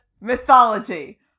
mythology